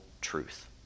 truth